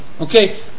Okay